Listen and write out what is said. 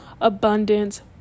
abundance